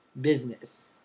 business